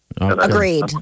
agreed